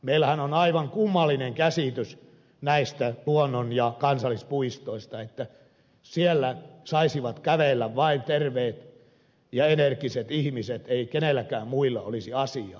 meillähän on aivan kummallinen käsitys näistä luonnon ja kansallispuistoista että siellä saisivat kävellä vain terveet ja energiset ihmiset ei kenelläkään muilla olisi asiaa